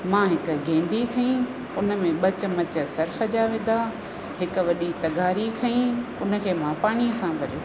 मां हिकु गेंडी खयईं उन में ॿ चमच सर्फ़ जा विधा हिकु वॾी तग़ारी खयईं उन खे मां पाणीअ सां भरियो